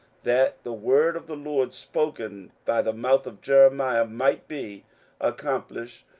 that the word of the lord spoken by the mouth of jeremiah might be accomplished,